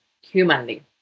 humanly